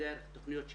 דרך התכניות שלנו.